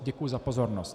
Děkuji za pozornost.